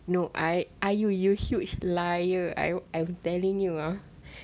no I I you you huge liar I I am telling you ah